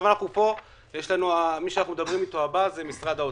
אנחנו פה והמשרד הבא שנדבר אתו הוא משרד האוצר.